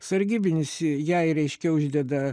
sargybinis jai reiškia uždeda